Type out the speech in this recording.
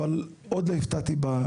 אבל עוד לא הפתעתי.